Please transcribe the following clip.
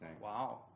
Wow